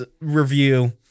review